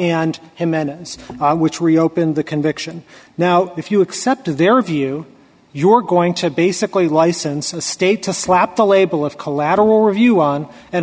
and jiminez which reopen the conviction now if you accept their view you're going to basically license a state to slap the label of collateral review on and